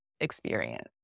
experience